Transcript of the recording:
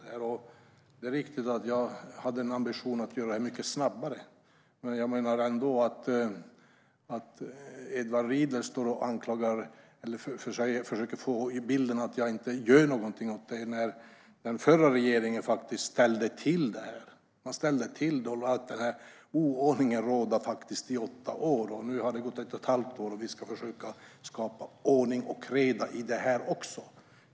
Det är riktigt att jag hade en ambition att göra jobbet snabbare. Edward Riedl ger en bild av att jag inte gör något, men den förra regeringen ställde till detta. Oordningen rådde faktiskt i åtta år. Nu har det gått ett och ett halvt år, och vi ska försöka skapa ordning och reda i detta också.